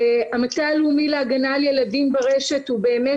המטה הלאומי להגנה על ילדים ברשת הוא באמת